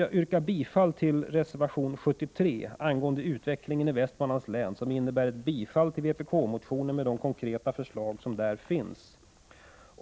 Jag yrkar bifall till reservation 73 angående utvecklingen i Västmanlands län, dvs. ett bifall till vpbk-motionen med de konkreta förslag som där finns.